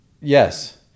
Yes